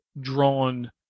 drawn